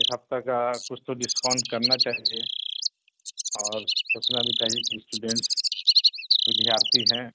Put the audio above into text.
ایک ہفتہ کا کچھ تو ڈسکاؤنٹ کرنا چاہیے اور سوچنا بھی چاہیے کہ اسٹوڈینٹس ودھیارتیھی ہیں